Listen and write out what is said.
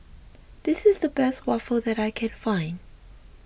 this is the best Waffle that I can find